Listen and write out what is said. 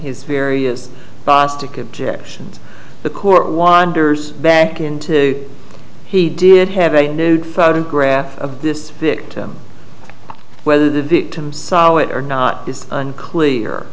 his various bostic objections the court wanders back into he did have a nude photograph of this victim whether the victim saw it or not is unclear